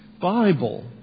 Bible